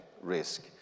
risk